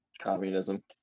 Communism